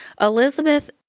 Elizabeth